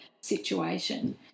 situation